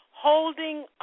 holding